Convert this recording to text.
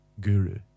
guru